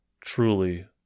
truly